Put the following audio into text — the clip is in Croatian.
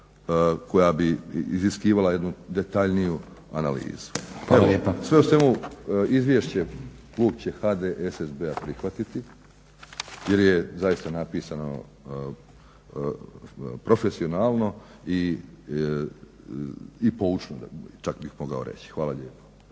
koja bi iziskivala jednu detaljniju analizu. Sve u svemu izvješće klub će HDSSB-a prihvatiti jer je zaista napisano profesionalno i poučeno čak bih mogao reći. Hvala lijepo.